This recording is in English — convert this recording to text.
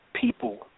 people